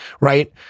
right